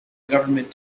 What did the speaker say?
government